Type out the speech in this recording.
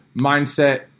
mindset